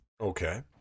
okay